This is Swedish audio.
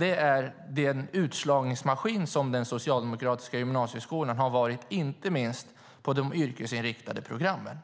är dock den utslagningsmaskin som den socialdemokratiska gymnasieskolan har varit, inte minst på de yrkesinriktade programmen.